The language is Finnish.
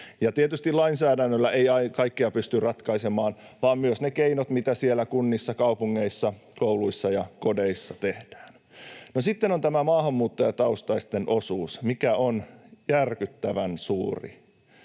Tietysti lainsäädännöllä ei kaikkea pysty ratkaisemaan, vaan on myös ne keinot, mitä siellä kunnissa, kaupungeissa, kouluissa ja kodeissa tehdään. No sitten on tämä maahanmuuttajataustaisten osuus, mikä on järkyttävän suuri.